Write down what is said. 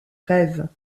rêves